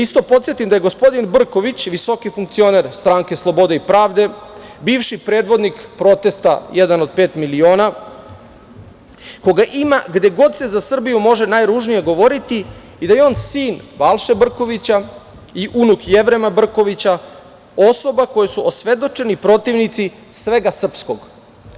Isto da podsetim da je gospodin Brković, visoki funkcioner stranke Slobode i pravde, bivši predvodnik protesta „1 od 5 miliona“, koga ima gde god se za Srbiju može najružnije govoriti i da je on sin Balše Brkovića i unuk Jevrema Brkovića, osoba koje su osvedočeni protivnici svega srpskog.